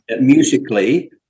musically